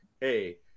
hey